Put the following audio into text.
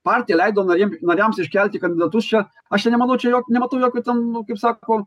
partija leido nariem nariams iškelti kandidatus čia aš čia nemanau čia jo nematau jokio ten nu kaip sako